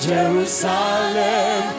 Jerusalem